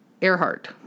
Earhart